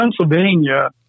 Pennsylvania